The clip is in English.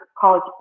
college